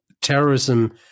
terrorism